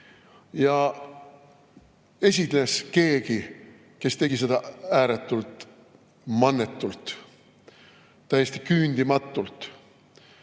Esines keegi, kes tegi seda ääretult mannetult, täiesti küündimatult.